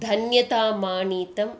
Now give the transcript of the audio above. धन्यतामानीतम्